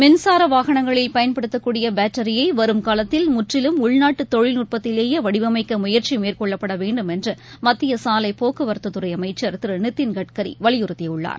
மின்சாரவாகனங்களில் பயன்படுத்துக்கூடியபேட்டரியைவரும் காலத்தில் முற்றிலும் உள்நாட்டுதொழில்நுட்பத்திலேயேவடிவமைக்கழுயற்சிமேற்கொள்ளப்படவேண்டும் என்றுமத்தியசாலைப் போக்குவரத்துதுறைஅமைச்சர் திருநிதின் கட்கரிவலியுறத்தியுள்ளார்